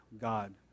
God